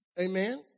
Amen